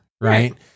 Right